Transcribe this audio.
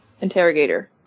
Interrogator